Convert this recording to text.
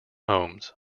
homes